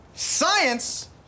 Science